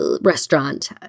restaurant